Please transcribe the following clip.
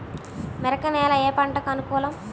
మెరక నేల ఏ పంటకు అనుకూలం?